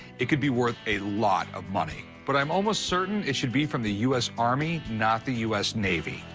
it could be worth a lot of money. but i'm almost certain it should be from the us army, not the us navy.